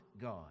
God